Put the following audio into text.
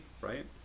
right